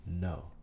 No